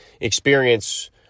experience